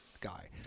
guy